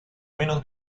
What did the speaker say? menos